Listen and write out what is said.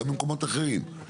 גם במקומות אחרים.